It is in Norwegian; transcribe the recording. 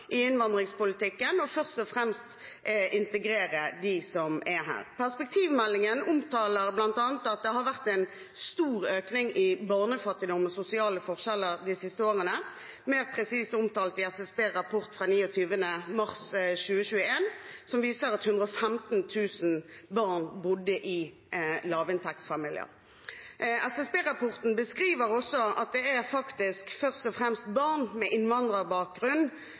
i innvandringspolitikken og først og fremst integrere dem som er her. Perspektivmeldingen omtaler bl.a. at det har vært en stor økning i barnefattigdom og sosiale forskjeller de siste årene, mer presist omtalt i SSBs rapport fra 29. mars 2021, som viser at 115 000 barn bodde i lavinntektsfamilier. SSB-rapporten beskriver også at det er først og fremst barn med innvandrerbakgrunn